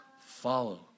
follow